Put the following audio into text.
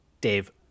Dave